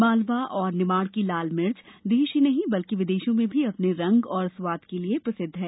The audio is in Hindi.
मालवा और निमाड़ की लाल मिर्च देश ही नही बल्कि विदेशों में भी अपने रंग और स्वाद के लिए प्रसिद्ध है